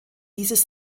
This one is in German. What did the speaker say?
dieses